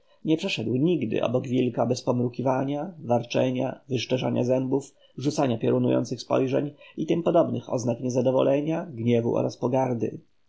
nie przeszedł nigdy około wilka bez pomrukiwania warczenia wyszczerzania zębów rzucania piorunujących spojrzeń i tym podobnych oznak niezadowolenia gniewu oraz pogardy